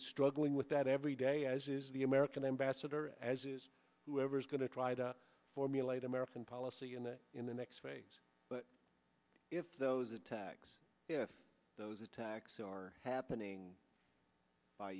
is struggling with that every day as is the american ambassador as is whoever's going to try to formulate american policy in the the next phase but if those attacks if those attacks are happening by